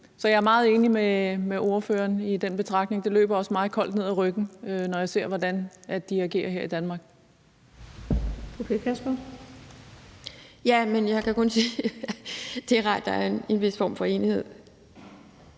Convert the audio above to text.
Så jeg er meget enig med ordføreren i den betragtning. Det løber også mig koldt ned ad ryggen, når jeg ser, hvordan de agerer her i Danmark. Kl. 15:11 Den fg. formand (Birgitte Vind): Fru Pia Kjærsgaard.